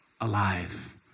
alive